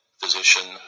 physician –